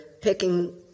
picking